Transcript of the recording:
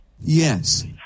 Yes